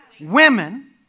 Women